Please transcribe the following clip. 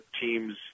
teams